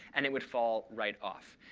and it would fall right off.